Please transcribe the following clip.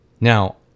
Now